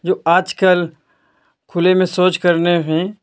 जो आजकल खुले में शौच करने में